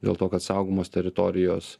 dėl to kad saugomos teritorijos